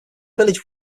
village